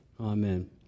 Amen